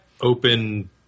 open